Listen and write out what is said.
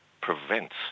prevents